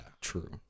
true